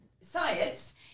science